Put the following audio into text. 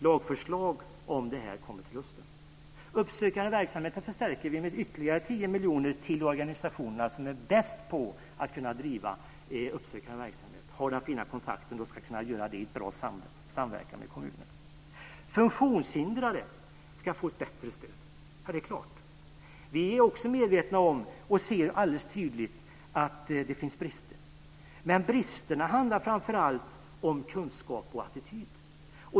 Lagförslag om detta kommer till hösten. Den uppsökande verksamheten förstärker vi med ytterligare 10 miljoner till de organisationer som är bäst på att bedriva uppsökande verksamhet, de som har den fina kontakten och kan driva detta i bra samverkan med kommunerna. Funktionshindrade ska få ett bättre stöd. Det är klart. Vi är också medvetna om och ser alldeles tydligt att det finns brister. Men bristerna handlar framför allt om kunskap och attityd.